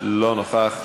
אינו נוכח.